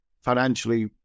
financially